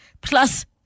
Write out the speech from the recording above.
plus